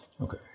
Okay